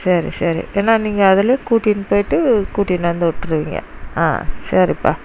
சரி சரி ஏன்னா நீங்கள் அதுலேயே கூட்டினு போய்விட்டு கூட்டினு வந்து விட்ருவிங்க ஆ சரிப்பா